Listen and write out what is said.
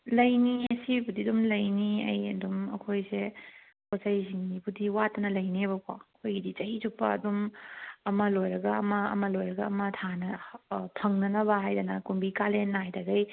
ꯂꯩꯅꯤꯌꯦ ꯁꯤꯕꯨꯗꯤ ꯑꯗꯨꯝ ꯂꯩꯅꯤꯌꯦ ꯑꯩ ꯑꯗꯨꯝ ꯑꯩꯈꯣꯏꯁꯦ ꯄꯣꯠ ꯆꯩꯁꯤꯡꯁꯤꯕꯨꯗꯤ ꯋꯥꯠꯇꯅ ꯂꯩꯅꯦꯕꯀꯣ ꯑꯩꯈꯣꯏꯒꯤꯗꯤ ꯆꯍꯤ ꯆꯨꯞꯄ ꯑꯗꯨꯝ ꯑꯃ ꯂꯣꯏꯔꯒ ꯑꯃ ꯑꯃ ꯂꯣꯏꯔꯒ ꯑꯃ ꯊꯥꯅ ꯐꯪꯅꯅꯕ ꯍꯥꯏꯗꯅ ꯀꯨꯝꯕꯤ ꯀꯥꯂꯦꯟ ꯅꯥꯏꯗꯈꯩ